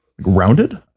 rounded